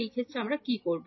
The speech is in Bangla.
এই ক্ষেত্রে আমরা কি করব